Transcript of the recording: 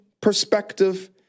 perspective